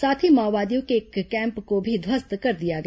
साथ ही माओवादियों के एक कैम्प को भी ध्वस्त कर दिया गया